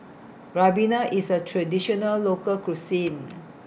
Ribena IS A Traditional Local Cuisine